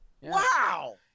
Wow